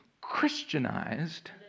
Christianized